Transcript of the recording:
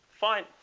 Fine